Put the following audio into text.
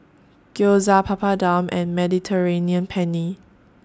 Gyoza Papadum and Mediterranean Penne